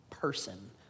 person